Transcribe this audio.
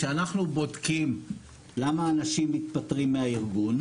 כשאנחנו בודקים למה אנשים מתפטרים מהארגון,